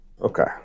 Okay